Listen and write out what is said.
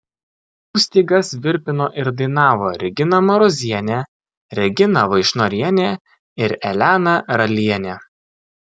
jų stygas virpino ir dainavo regina marozienė regina vaišnorienė ir elena ralienė